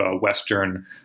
Western